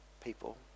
people